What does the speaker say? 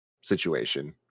situation